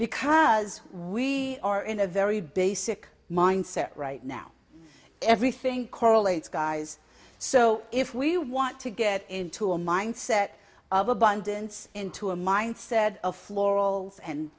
because we are in a very basic mindset right now everything correlates guys so if we want to get into a mindset of abundance into a mindset of floral